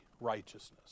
righteousness